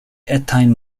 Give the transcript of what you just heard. etajn